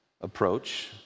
approach